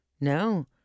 no